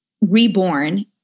reborn